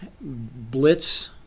blitz